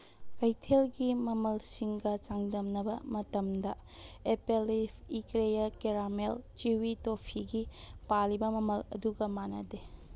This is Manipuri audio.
ꯀꯩꯊꯦꯜꯒꯤ ꯃꯃꯜꯁꯤꯡꯒ ꯆꯥꯡꯗꯝꯅꯕ ꯃꯇꯝꯗ ꯑꯦꯄꯦꯟꯂꯤꯞ ꯏꯀ꯭ꯂꯦꯌꯔꯁ ꯀꯦꯔꯥꯃꯦꯜ ꯆ꯭ꯌꯨꯌꯤ ꯇꯣꯐꯤꯒꯤ ꯄꯥꯜꯂꯤꯕ ꯃꯃꯜ ꯑꯗꯨꯒ ꯃꯥꯟꯅꯗꯦ